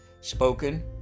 spoken